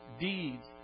deeds